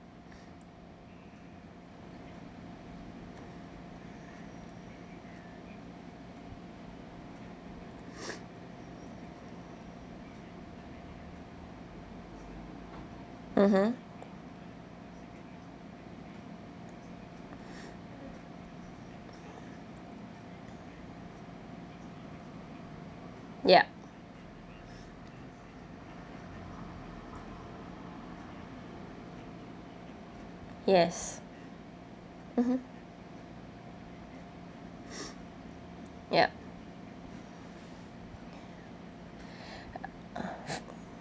mmhmm yup yes mmhmm yup